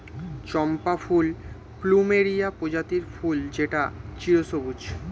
চম্পা ফুল প্লুমেরিয়া প্রজাতির ফুল যেটা চিরসবুজ